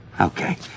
Okay